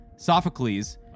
Sophocles